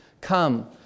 Come